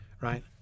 right